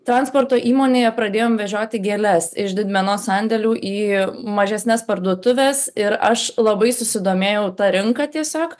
transporto įmonėje pradėjom vežioti gėles iš didmenos sandėlių į mažesnes parduotuves ir aš labai susidomėjau ta rinka tiesiog